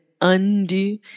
undo